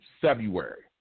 February